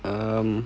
um